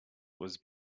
was